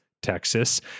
Texas